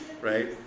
right